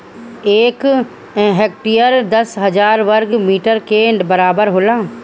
एक हेक्टेयर दस हजार वर्ग मीटर के बराबर होला